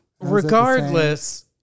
Regardless